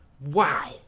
Wow